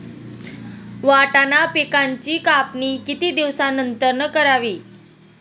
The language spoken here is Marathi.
वाटाणा पिकांची कापणी किती दिवसानंतर करावी?